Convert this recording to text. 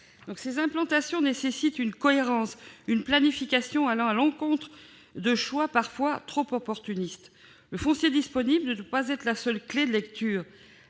Ces implantations doivent reposer sur une cohérence d'ensemble, sur une planification allant à l'encontre de choix parfois trop opportunistes. Le foncier disponible ne doit pas être la seule clé de lecture.